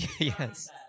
Yes